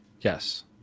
yes